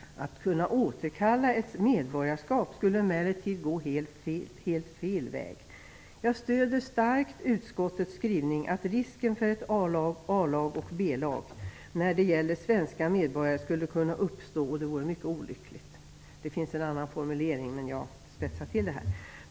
Att kunna återkalla ett medborgarskap skulle emellertid vara en helt fel väg. Jag stöder starkt utskottets skrivning att risken för ett A-lag och ett B-lag när det gäller svenska medborgare skulle kunna uppstå, och det vore mycket olyckligt. Det finns en annan formulering här, men jag spetsar till det litet.